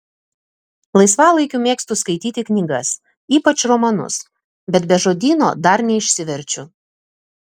laisvalaikiu mėgstu skaityti knygas ypač romanus bet be žodyno dar neišsiverčiu